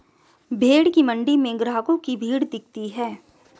भेंड़ की मण्डी में ग्राहकों की भीड़ दिखती है